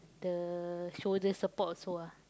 the shoulder support also ah